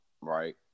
right